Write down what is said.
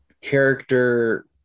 character